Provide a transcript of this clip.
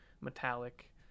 metallic